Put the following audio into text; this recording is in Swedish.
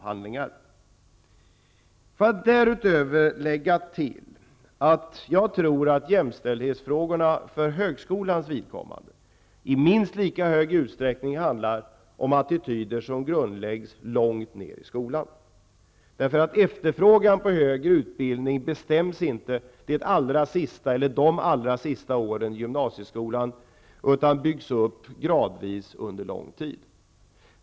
Får jag därutöver lägga till, att jag tror att jämställdhetsfrågorna för högskolans vidkommande i minst lika stor utsträckning handlar om attityder som grundläggs långt ner i skolan. Efterfrågan på högre utbildning bestäms inte det allra sista året i gymnasieskolan utan byggs upp gradvis under lång tid.